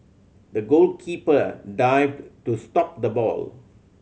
the goalkeeper dived to stop the ball